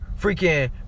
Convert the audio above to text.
freaking